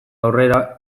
aurrera